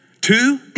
Two